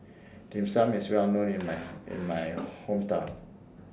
Dim Sum IS Well known in My in My Hometown